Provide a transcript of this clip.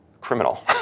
criminal